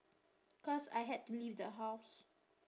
cause I had to leave the house